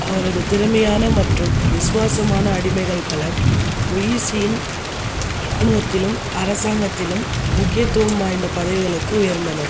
அவரது திறமையான மற்றும் விசுவாசமான அடிமைகள் பலர் முயிஸியின் ராணுவத்திலும் அரசாங்கத்திலும் முக்கியத்துவம் வாய்ந்த பதவிகளுக்கு உயர்ந்தனர்